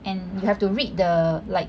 and you have to read the like